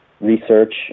research